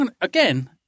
again